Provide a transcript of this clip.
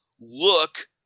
look